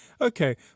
Okay